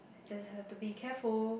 just have to be careful